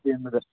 ꯁꯦꯝꯕꯗ